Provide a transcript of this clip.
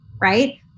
right